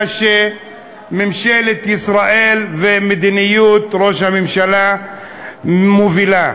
שממשלת ישראל ומדיניות ראש הממשלה מובילות.